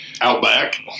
Outback